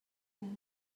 بود